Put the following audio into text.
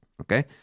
Okay